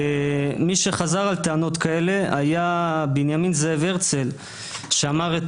מי שחזר על טענות כאלה היה בנימין זאב הרצל שאמר את